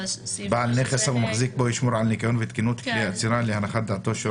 בעל נכס או מחזיק בו חייב להתקין על חשבונו בנכס או בחצרו כלי אצירה